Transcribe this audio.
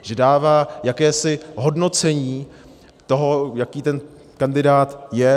Že dává jakési hodnocení toho, jaký ten kandidát je.